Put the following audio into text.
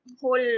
whole